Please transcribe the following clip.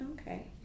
Okay